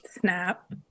Snap